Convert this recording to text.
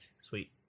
Sweet